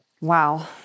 Wow